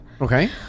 okay